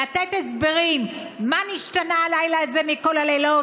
לתת הסברים: מה נשתנה הלילה הזה מכל הלילות,